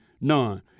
none